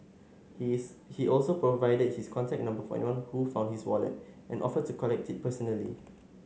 his he also provided his contact number for anyone who found his wallet and offered to collect it personally